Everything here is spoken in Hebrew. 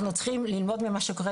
אנחנו צריכים ללמוד ממה שקורה,